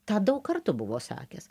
tą daug kartų buvo sakęs